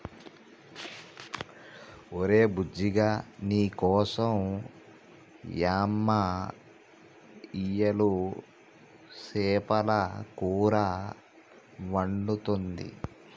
ఒరే బుజ్జిగా నీకోసం యమ్మ ఇయ్యలు సేపల కూర వండుతుంది